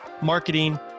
marketing